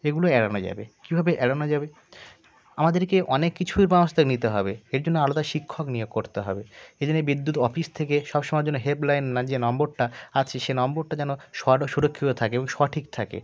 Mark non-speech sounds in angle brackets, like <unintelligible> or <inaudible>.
এগুলো এড়ানো যাবে কীভাবে এড়ানো যাবে আমাদেরকে অনেক কিছুই বাবস্থা নিতে হবে এর জন্য আলাদা শিক্ষক নিয়োগ করতে হবে এই জন্য বিদ্যুৎ অফিস থেকে সব সময়ের জন্য হেল্প লাইন না যে নম্বরটা আছে সে নম্বরটা যেন <unintelligible> সুরক্ষিত থাকে এবং সঠিক থাকে